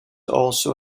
also